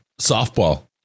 softball